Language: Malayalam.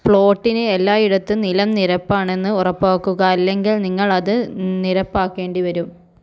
പ്ലോട്ടിന് എല്ലായിടത്തും നിലം നിരപ്പാണെന്ന് ഉറപ്പാക്കുക അല്ലെങ്കിൽ നിങ്ങളത് നിരപ്പാക്കേണ്ടിവരും